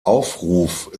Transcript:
aufruf